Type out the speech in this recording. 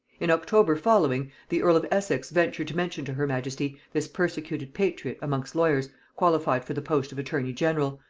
in october following, the earl of essex ventured to mention to her majesty this persecuted patriot amongst lawyers qualified for the post of attorney-general,